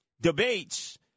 debates